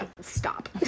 stop